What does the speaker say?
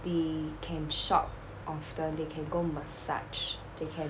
they can shop often they can go massage they can